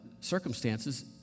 circumstances